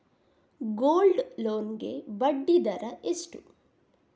Gold loan ಗೆ ಬಡ್ಡಿ ದರ ಎಷ್ಟು?